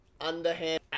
underhand